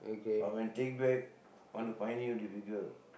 but when take back want to find you difficult